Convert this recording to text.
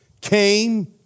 came